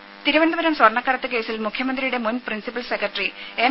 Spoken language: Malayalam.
രെ തിരുവനന്തപുരം സ്വർണക്കടത്ത് കേസിൽ മുഖ്യമന്ത്രിയുടെ മുൻ പ്രിൻസിപ്പൽ സെക്രട്ടറി എം